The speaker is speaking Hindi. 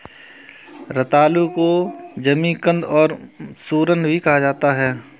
रतालू को जमीकंद और सूरन भी कहा जाता है